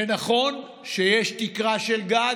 ונכון שיש תקרה של גג,